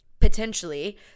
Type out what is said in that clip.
potentially